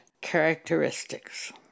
characteristics